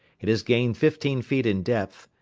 it has gained fifteen feet in depth,